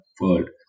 world